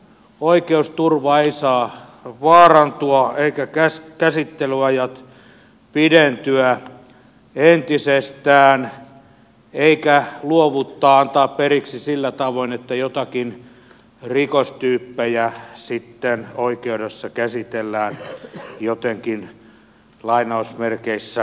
oikeusturva ei saa vaarantua eivätkä käsittelyajat pidentyä entisestään eikä saa luovuttaa antaa periksi sillä tavoin että joitakin rikostyyppejä sitten oikeudessa käsitellään jotenkin sormien läpi